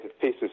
pieces